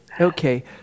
Okay